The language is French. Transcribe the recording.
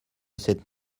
cette